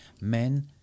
Men